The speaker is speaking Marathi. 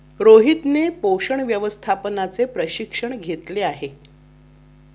रोहितने पोषण व्यवस्थापनाचे प्रशिक्षण घेतले आहे